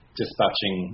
dispatching